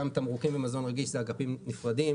תמרוקים ומזון רגיש זה אגפים נפרדים,